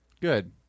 Good